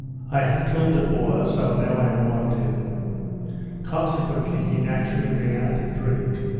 i have killed a boar, so now i am wanted consequently, he naturally began to drink,